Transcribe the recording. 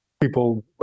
people